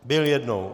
Byl jednou.